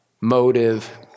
motive